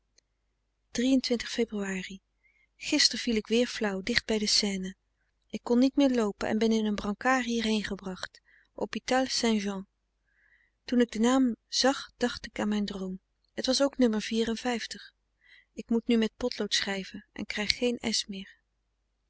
febr gister viel ik weer flauw dichtbij de seine ik kon niet meer loopen en ben in een brancard hierheen gebracht hôpital saint jean toen ik den naam zag dacht ik aan mijn droom het was ook nummer k moet nu met potlood schrijven en krijg geen s meer